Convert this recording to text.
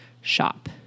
shop